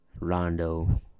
Rondo